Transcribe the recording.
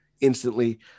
instantly